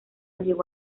llegó